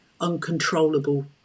uncontrollable